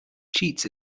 cheats